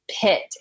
pit